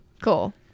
Cool